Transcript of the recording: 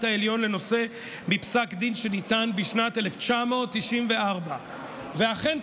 העליון לנושא בפסק דין שניתן בשנת 1994. אכן,